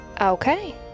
Okay